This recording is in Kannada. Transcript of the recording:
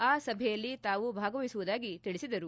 ಆ ಸಭೆಯಲ್ಲಿ ತಾವು ಭಾಗವಹಿಸುವುದಾಗಿ ತಿಳಿಸಿದರು